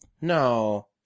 No